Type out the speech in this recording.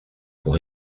pour